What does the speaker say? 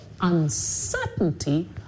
uncertainty